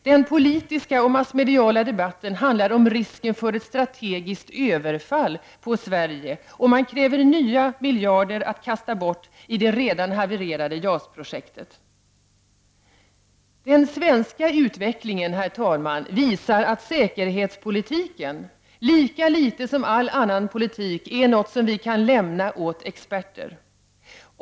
Den politiska och massmediala debatten handlar om risken för ett ”strategiskt överfall” på Sverige, och man kräver nya miljarder att kasta bort i det redan havererade JAS-projektet. Den svenska utvecklingen visar att säkerhetspolitiken, lika litet som all annan politik, är något som vi kan lämna åt experter.